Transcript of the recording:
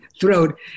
throat